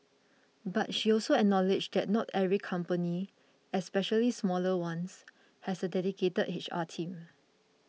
but she also acknowledged that not every company especially smaller ones has a dedicated HR team